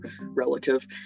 relative